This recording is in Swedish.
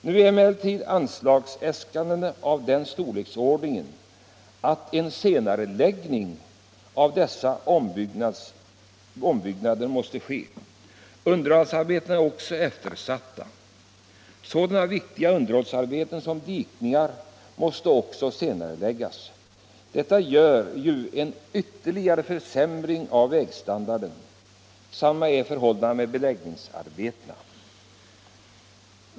Nu är emellertid anslagsäskandena av den storleksordningen att en senareläggning av dessa ombyggnader måste ske. Underhållsarbetena är också eftersatta. Sådana viktiga under Allmänpolitisk debatt Allmänpolitisk debatt hållsarbeten som dikningar måste också senareläggas. Detta gör ju att vi får en ytterligare försämring av vägstandarden. Samma är förhållandet med beläggningsarbetena.